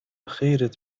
خیرت